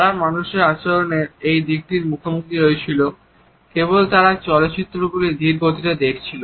তারা মানুষের আচরণের এই দিকটির মুখোমুখি হয়েছিল কেবলমাত্র যখন তারা চলচ্চিত্রগুলি ধীরগতিতে দেখছিল